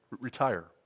retire